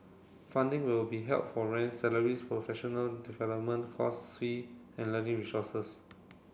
funding will be help for rent salaries professional development course fee and learning resources